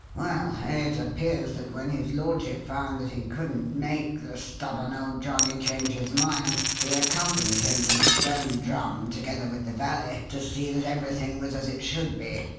well, it appears that when his lordship found that he couldn't make the stubborn old johnnie change his mind, he accompanied him to the stone drum, together with the valet, to see that everything was as it should be,